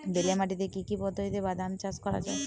বেলে মাটিতে কি পদ্ধতিতে বাদাম চাষ করা যায়?